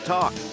Talk